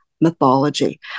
mythology